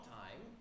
time